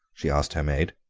she asked her maid.